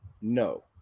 no